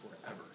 forever